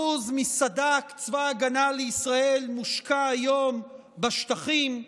מסד"כ צבא הגנה לישראל מושקע היום בשטחים,